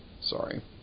Sorry